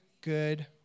good